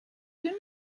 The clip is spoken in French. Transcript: deux